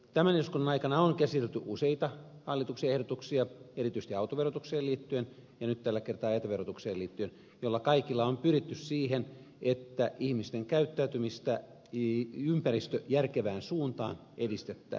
tämän eduskunnan aikana on käsitelty useita hallituksen esityksiä erityisesti autoverotukseen liittyen ja nyt tällä kertaa jäteverotukseen liittyen joilla kaikilla on pyritty siihen että ihmisten käyttäytymistä ympäristöjärkevään suuntaan edistettäisiin